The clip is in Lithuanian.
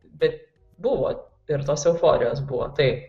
bet buvo ir tos euforijos buvo taip